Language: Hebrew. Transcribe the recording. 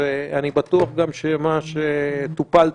ואני בטוח גם שמה שטופל טופל.